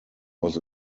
was